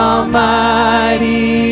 Almighty